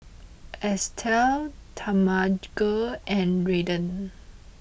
Estell Talmage and Redden